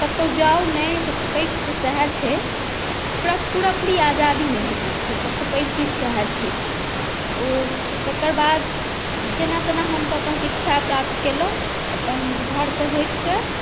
कतहु जाउ नहि सभसँ पैघ तऽ सएह छै ओकरा पूरा पूरी आजादी नहि भेटैत छै सभसँ पैघ चीज सएह छै ओ तकर बाद जेना तेना हम तऽ अपन शिक्षा प्राप्त केलहुँ अपन घरसँ हटि कऽ